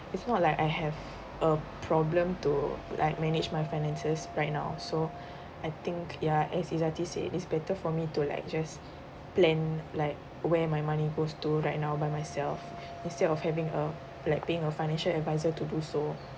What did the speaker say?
it's not like I have a problem to like manage my finances right now so I think ya as ezati said it is better for me to like just plan like where my money goes to right now by myself instead of having a like paying a financial adviser to do so